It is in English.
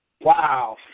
wow